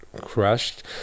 crashed